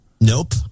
Nope